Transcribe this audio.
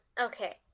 okay